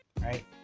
right